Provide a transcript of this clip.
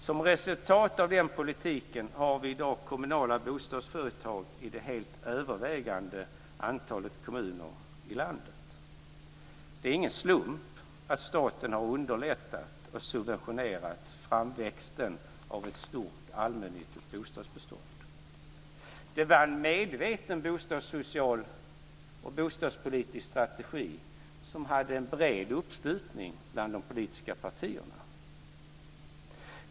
Som resultat av den politiken har vi i dag kommunala bostadsföretag i det helt övervägande antalet kommuner i landet. Det är ingen slump att staten har underlättat och subventionerat framväxten av ett stort allmännyttigt bostadsbestånd. Det var en medveten bostadssocial och bostadspolitisk strategi som hade en bred uppslutning bland de politiska partierna.